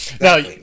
Now